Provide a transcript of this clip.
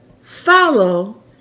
follow